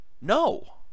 No